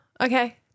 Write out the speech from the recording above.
Okay